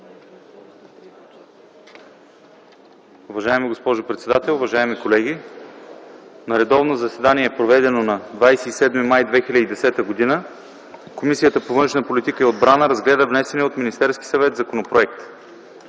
Уважаема госпожо председател, уважаеми колеги! „На редовно заседание, проведено на 27 май 2010 г., Комисията по външна политика и отбрана разгледа внесения от Министерския съвет законопроект.